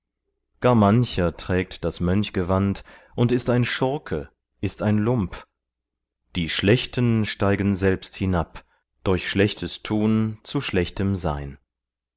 gar mancher trägt das mönchgewand und ist ein schurke ist ein lump die schlechten steigen selbst hinab durch schlechtes tun zu schlechtem sein